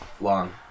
long